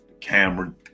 camera